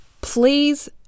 Please